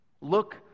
Look